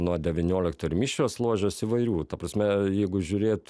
nuo devyniolikto ir mišrios ložės įvairių ta prasme jeigu žiūrėt